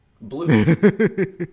blue